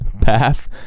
path